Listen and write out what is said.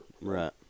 Right